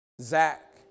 Zach